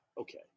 Okay